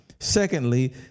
Secondly